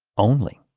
only.